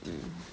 mm